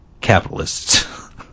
capitalists